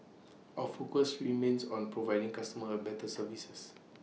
our focus remains on providing customers A better services